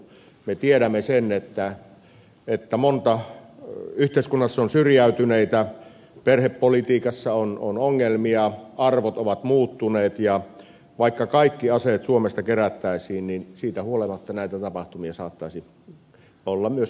me tiedämme sen että yhteiskunnassa on syrjäytyneitä perhepolitiikassa on ongelmia arvot ovat muuttuneet ja vaikka kaikki aseet suomesta kerättäisiin niin siitä huolimatta näitä tapahtumia saattaisi olla myöskin tulevaisuudessa